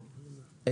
בבקשה.